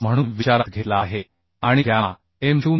25 म्हणून विचारात घेतला आहे आणि गॅमा m0 हे 1